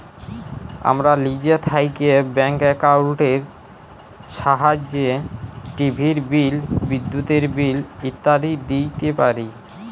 আমরা লিজে থ্যাইকে ব্যাংক একাউল্টের ছাহাইয্যে টিভির বিল, বিদ্যুতের বিল ইত্যাদি দিইতে পারি